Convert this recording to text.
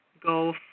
go